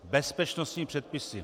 Bezpečnostními předpisy.